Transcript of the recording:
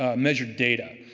ah measured data.